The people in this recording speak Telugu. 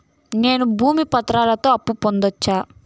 నేను భూమి పత్రాలతో అప్పు పొందొచ్చా?